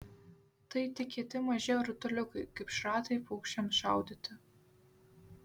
tai tik kieti maži rutuliukai kaip šratai paukščiams šaudyti